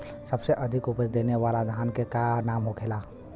सबसे अधिक उपज देवे वाला धान के का नाम होखे ला?